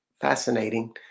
fascinating